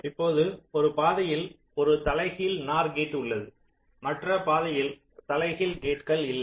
இப்போது ஒரு பாதையில் ஒரு தலைகீழ் NOR கேட் உள்ளது மற்ற பாதையில் தலைகீழ் கேட்கள் இல்லை